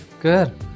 Good